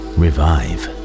revive